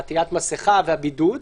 עטיית מסכה והבידוד.